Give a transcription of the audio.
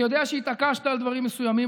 אני יודע שהתעקשת על דברים מסוימים.